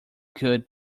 could